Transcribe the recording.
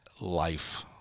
life